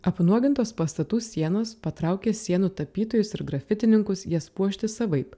apnuogintos pastatų sienos patraukė sienų tapytojus ir grafitininkus jas puošti savaip